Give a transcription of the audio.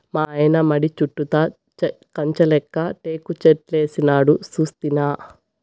మాయన్న మడి చుట్టూతా కంచెలెక్క టేకుచెట్లేసినాడు సూస్తినా